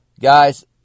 Guys